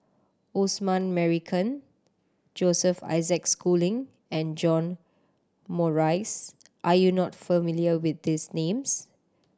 Osman Merican Joseph Isaac Schooling and John Morrice are you not familiar with these names